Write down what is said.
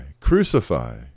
Crucify